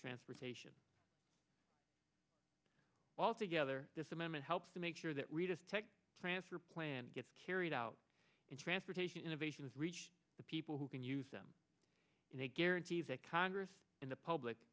transportation altogether this amendment helps to make sure that readers tech transfer plan gets carried out in transportation innovation is reached the people who can use them in a guarantee that congress in the public